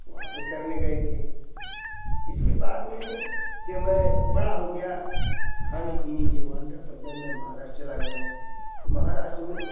वहाँ पे तैरने गए थे इसके बाद में जब मैं बड़ा हो गया खाने पीने का ये वांदा पड़ गया तो मैं महाराष्ट्र चला गया तो महाराष्ट्र में